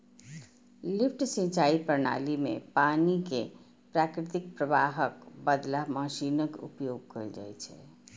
lift सिंचाइ प्रणाली मे पानि कें प्राकृतिक प्रवाहक बदला मशीनक उपयोग कैल जाइ छै